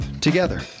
together